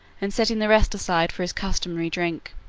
and setting the rest aside for his customary drink.